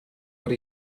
what